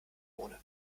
ohne